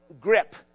grip